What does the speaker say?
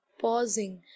pausing